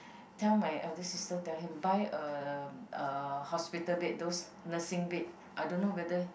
tell my eldest sister tell him buy a a hospital bed those nursing bed I don't know whether